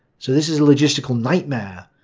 so this is a logistical nightmare.